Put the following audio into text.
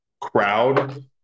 crowd